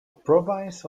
province